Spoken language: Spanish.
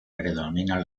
predominan